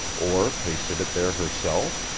or pasted it there herself?